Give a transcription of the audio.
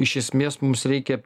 iš esmės mums reikia